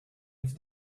with